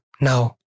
now